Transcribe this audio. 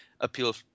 appeal